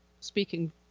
speaking